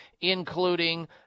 including